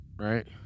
right